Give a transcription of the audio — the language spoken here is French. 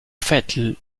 fait